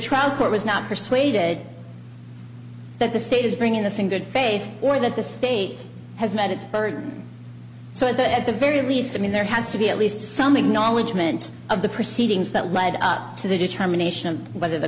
trial court was not persuaded that the state is bringing the same good faith or that the faith has met its burden so that at the very least i mean there has to be at least some acknowledgement of the proceedings that led up to the determination of whether the